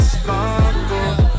sparkle